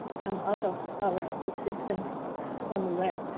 come out of our existence on the web.